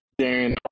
Darren